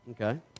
okay